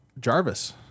Jarvis